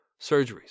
surgeries